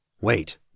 Wait